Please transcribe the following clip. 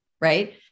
Right